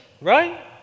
right